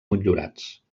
motllurats